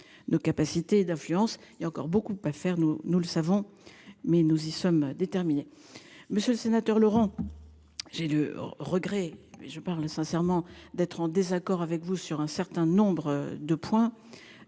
nos capacités d'affluence. Il y a encore beaucoup à faire, nous, nous le savons mais nous y sommes déterminés. Monsieur le sénateur, Laurent. J'ai le regret et je parle sincèrement, d'être en désaccord avec vous sur un certain nombre de points.